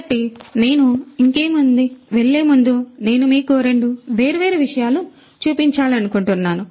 కాబట్టి నేను ఇంకేముందు వెళ్ళే ముందు నేను మీకు రెండు వేర్వేరు విషయాలు చూపించాలనుకుంటున్నాను